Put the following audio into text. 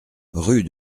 rue